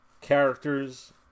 characters